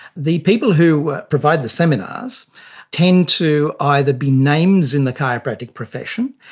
the people who provide the seminars tend to either be names in the chiropractic profession,